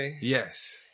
Yes